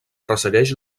ressegueix